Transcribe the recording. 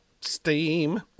Steam